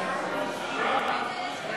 סעיפים 1